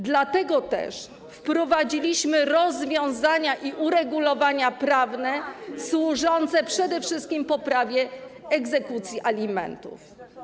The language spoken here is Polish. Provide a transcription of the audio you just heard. Dlatego wprowadziliśmy rozwiązania i uregulowania prawne służące przede wszystkim poprawie egzekucji alimentów.